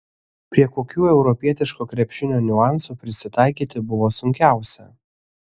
prie kokių europietiško krepšinio niuansų prisitaikyti buvo sunkiausia